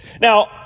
Now